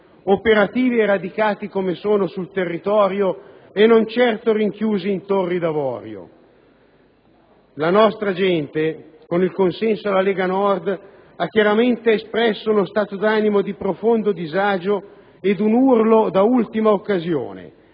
operativi e radicati come sono sul territorio e non certo rinchiusi in torri d'avorio! La nostra gente, con il consenso alla Lega Nord, ha chiaramente espresso uno stato d'animo di profondo disagio ed un urlo da ultima occasione.